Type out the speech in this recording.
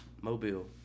Mobile